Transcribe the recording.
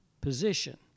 position